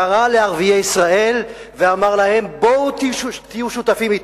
קרא לערביי ישראל ואמר להם: בואו תהיו שותפים אתי.